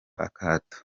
akato